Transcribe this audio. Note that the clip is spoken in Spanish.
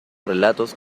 relatos